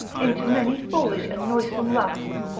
into many foolish and noisome lusts,